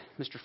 Mr